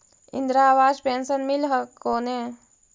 Indira Awas pension मिल हको ने?